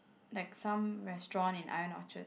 like some restaurant in Ion Orchard